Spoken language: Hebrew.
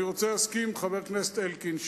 אני רוצה להסכים עם חבר הכנסת אלקין,